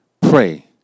pray